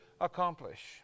accomplish